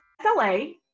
sla